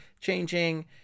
changing